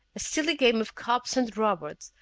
a silly game of cops and robbers,